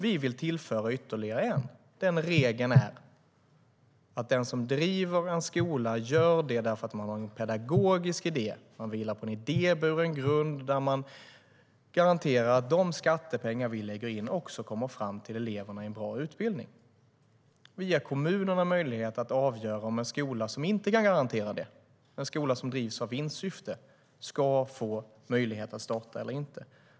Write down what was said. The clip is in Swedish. Vi vill tillföra ytterligare en regel, och det är att den som driver en skola gör det därför att man har en pedagogisk idé. Man vilar på en idéburen grund där man garanterar att de skattepengar vi lägger in också kommer fram till eleverna i en bra utbildning. Vi ger kommunerna möjlighet att avgöra om en skola som inte kan garantera det, en skola som drivs i vinstsyfte, ska få möjlighet att starta eller inte.